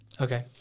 Okay